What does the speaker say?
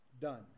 done